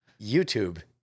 YouTube